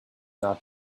not